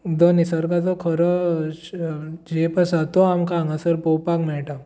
जो निसर्गाचो खरो झेप आसा तो आमकां हांगासर पळोवपाक मेळटा